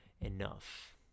enough